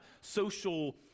social